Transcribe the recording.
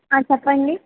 చెప్పండి